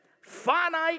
finite